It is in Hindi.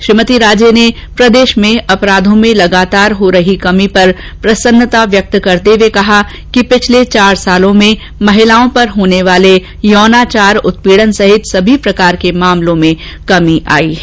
श्रीमती राजे ने प्रदेश में अपराधों में लगातार हो रही कमी पर प्रसन्नता व्यक्त करते हुए कहा कि गत चार सालों में महिलाओं पर होने वाले यौनाचार उत्पीडन सहित सभी प्रकार के मामलों में कमी आई है